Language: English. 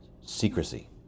secrecy